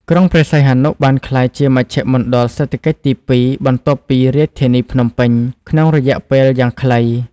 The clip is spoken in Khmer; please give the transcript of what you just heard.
ក្រុងព្រះសីហនុបានក្លាយជាមជ្ឈមណ្ឌលសេដ្ឋកិច្ចទីពីរ បន្ទាប់ពីរាជធានីភ្នំពេញ ក្នុងរយៈពេលយ៉ាងខ្លី។